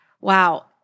Wow